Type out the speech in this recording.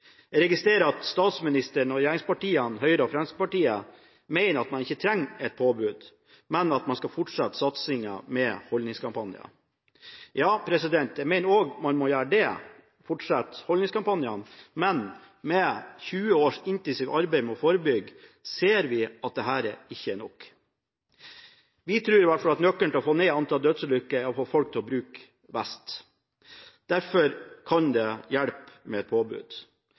Jeg registrerer at statsråden og regjeringspartiene Høyre og Fremskrittspartiet mener at man ikke trenger et påbud, men at man skal fortsette satsingen på holdningskampanjer. Jeg mener også at man må fortsette med holdningskampanjene, men etter 20 års intensivt arbeid med å forebygge ser vi at dette ikke er nok. Vi tror i hvert fall at nøkkelen til å få ned antall dødsulykker er å få folk til å bruke vest. Derfor kan det hjelpe med et påbud.